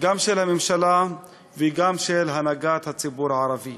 גם של הממשלה וגם של הנהגת הציבור הערבי.